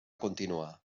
continuar